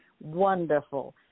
wonderful